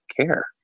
care